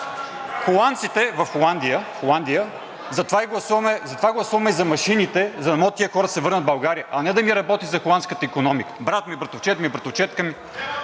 Холандците в Холандия… Затова гласуваме и за машините, за да могат тези хора да се върнат в България, а не да ми работят за холандската икономика – брат ми, братовчед ми, братовчедка ми